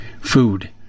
food